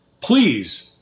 please